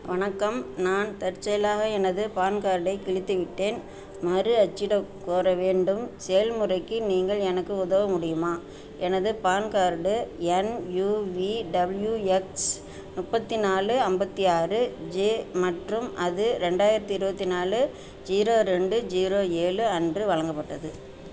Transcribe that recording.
வணக்கம் நான் தற்செயலாக எனது பான் கார்டைக் கிழித்துவிட்டேன் மறு அச்சிடக் கோர வேண்டும் செயல்முறைக்கு நீங்கள் எனக்கு உதவ முடியுமா எனது பான் கார்டு எண் யூவிடபிள்யூஎக்ஸ் முப்பத்து நாலு ஐம்பத்தி ஆறு ஜே மற்றும் அது ரெண்டாயிரத்து இருபத்தி நாலு ஜீரோ ரெண்டு ஜீரோ ஏழு அன்று வழங்கப்பட்டது